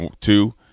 two